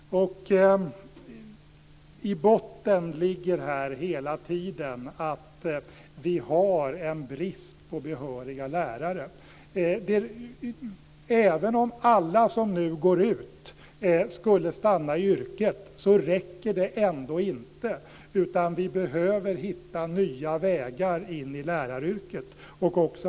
I botten ligger hela tiden att vi har en brist på behöriga lärare. Även om alla som nu går ut stannar i yrket räcker det ändå inte. Vi behöver hitta nya vägar in i läraryrket.